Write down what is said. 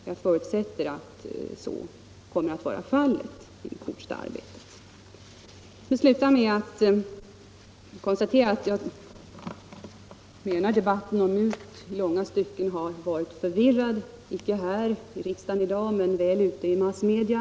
Jag förutsätter att så kommer att vara fallet i det fortsatta arbetet. Till slut vill jag konstatera att debatten om MUT i långa stycken har varit förvirrad — icke här i riksdagen i dag men väl ute i massmedia.